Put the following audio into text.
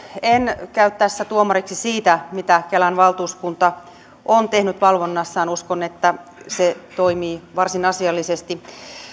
en käy tässä tuomariksi siitä mitä kelan valtuuskunta on tehnyt valvonnassaan uskon että se toimii varsin asiallisesti